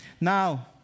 Now